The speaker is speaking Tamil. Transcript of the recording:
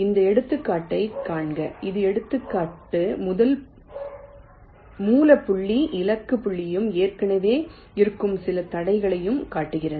இந்த எடுத்துக்காட்டைக் காண்க இந்த எடுத்துக்காட்டு மூல புள்ளி இலக்கு புள்ளியையும் ஏற்கனவே இருக்கும் சில தடைகளையும் காட்டுகிறது